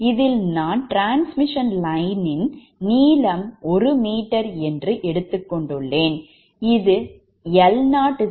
இதில் நான் transmission line ன் நீளம் ஒரு மீட்டர் என்று எடுத்துக் கொண்டுள்ளேன்